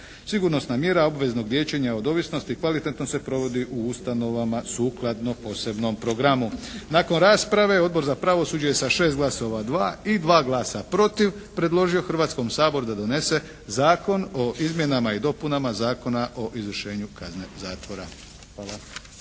Sigurnosna mjera obveznog liječenja od ovisnosti kvalitetno se provodi u ustanovama sukladno posebnom programu. Nakon rasprave Odbor za pravosuđe je sa 6 glasova za i 2 glasa protiv, predložio Hrvatskom saboru da donese Zakon o izmjenama i dopunama Zakona o izvršenju kazne zatvora. Hvala.